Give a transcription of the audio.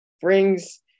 brings